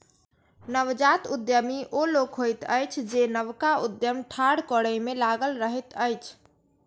नवजात उद्यमी ओ लोक होइत अछि जे नवका उद्यम ठाढ़ करै मे लागल रहैत अछि